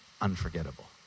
Unforgettable